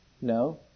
No